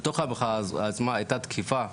בתוך המחאה עצמה היתה תקיפה,